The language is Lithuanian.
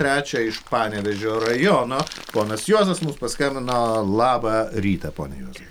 trečią iš panevėžio rajono ponas juozas mums paskambino labą rytą pone juozai